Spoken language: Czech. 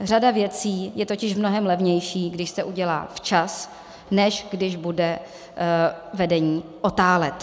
Řada věcí je totiž mnohem levnějších, když se udělají včas, než když bude vedení otálet.